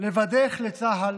לבדך לצה"ל